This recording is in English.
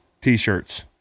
t-shirts